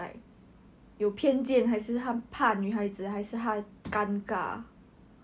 !huh! he ask you if you eat already